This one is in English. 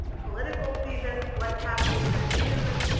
political seasons, what's happening in the news.